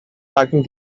talking